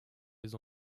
les